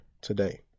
today